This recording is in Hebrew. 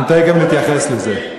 אנחנו תכף נתייחס לזה.